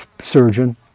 surgeon